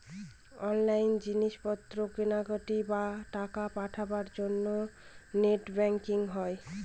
online জিনিস পত্র কেনাকাটি, বা টাকা পাঠাবার জন্য নেট ব্যাঙ্কিং হয়